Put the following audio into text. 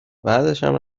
بعدشم